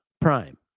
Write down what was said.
Prime